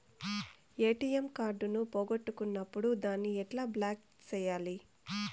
ATM card పోగొట్టుకున్నప్పుడు దాన్ని ఎట్లా బ్లాక్ సేయాలి